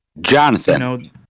Jonathan